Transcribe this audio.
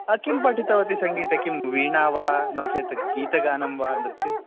किं पठितवती सङ्गीत किं वीणा वा नो चेत् गीतगानं वा नृत्यं